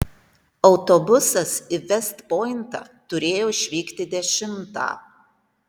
autobusas į vest pointą turėjo išvykti dešimtą